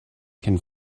can